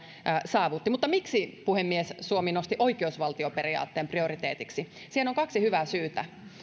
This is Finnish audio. saavutti miksi puhemies suomi nosti oikeusvaltioperiaatteen prioriteetiksi siihen on kaksi hyvää syytä